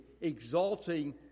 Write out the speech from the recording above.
exalting